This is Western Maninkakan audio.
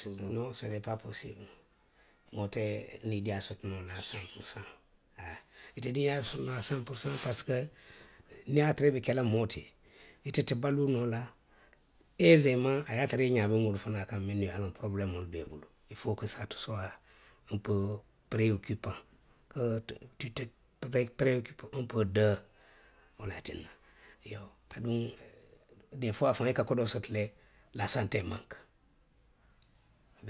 Noŋ se nee paa posibulu. Moo te niidiiyaa soto noo la a saŋ puru saŋ., haa. Ite niŋ i ye a soto aa saŋ puru saŋ, parisiko, niŋ a ye a tara i be ke la moo ti, ite te baluu noo la eesemaŋ a ye a tara i ňaa be moolu fanaŋ kaŋ minnu ye a loŋ poroobulemoolu be i bulu. Ili foo ko saa te suwaa oŋ poo perewokupaŋ poo, ti ite. teree oŋ poo dee, wo le ye a tinna. Iyoo aduŋ dee fuwaa faŋ. i ka kodoo soto le, laa santee manku